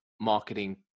marketing